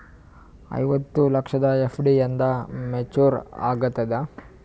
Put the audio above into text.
ಐವತ್ತು ಲಕ್ಷದ ಎಫ್.ಡಿ ಎಂದ ಮೇಚುರ್ ಆಗತದ?